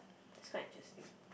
this is quite interesting